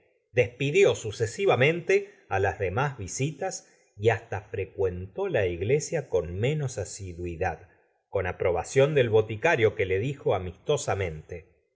despidió sucesivamente á las demás visitas y hasta frecuentó la iglesia con menos asiduidad con aprobación del boticario que le dijo amistosamente